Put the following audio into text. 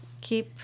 Keep